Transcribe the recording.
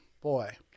boy